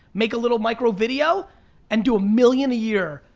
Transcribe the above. make a little micro video and do a million a year.